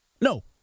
No